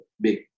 big